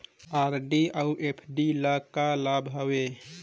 RD अऊ FD ल का लाभ हवे?